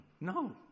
no